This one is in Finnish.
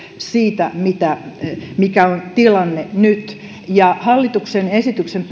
siitä mikä on tilanne nyt mielestäni hallituksen esityksen